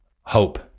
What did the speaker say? hope